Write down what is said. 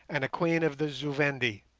and a queen of the zu-vendi.